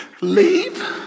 leave